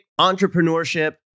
entrepreneurship